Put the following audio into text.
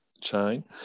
chain